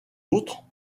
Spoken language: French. autres